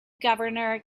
governor